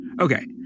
Okay